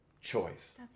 choice